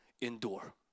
endure